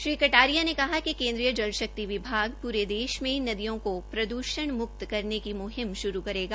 श्री कटारिया ने कहा कि केन्द्रीय जल शक्ति विभाग प्ररे देश में नादयों को प्रद्रषणमुक्त करने की मुहिम शुरू करेगा